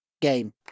game